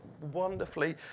wonderfully